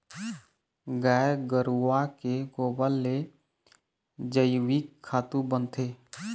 गाय गरूवा के गोबर ले जइविक खातू बनथे